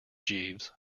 jeeves